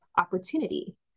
opportunity